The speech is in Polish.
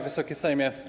Wysoki Sejmie!